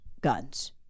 guns